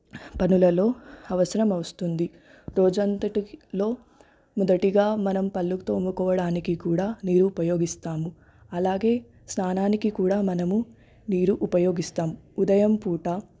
పనులలో అవసరం వస్తుంది రోజంతటిలో మొదటిగా మనం పళ్ళు తోముకోవడానికి కూడా నీరు ఉపయోగిస్తాము అలాగే స్నానానికి కూడా మనము నీరు ఉపయోగిస్తాం ఉదయం పూట